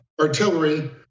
artillery